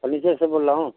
furniture से बोल रहा हूँ